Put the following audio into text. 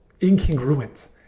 incongruent